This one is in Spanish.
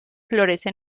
florece